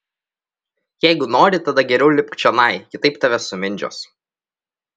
jeigu nori tada geriau lipk čionai kitaip tave sumindžios